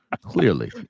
Clearly